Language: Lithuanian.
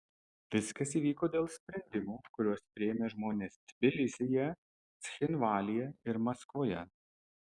viskas įvyko dėl sprendimų kuriuos priėmė žmonės tbilisyje cchinvalyje ir maskvoje